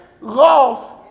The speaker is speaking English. lost